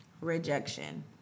rejection